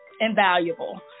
invaluable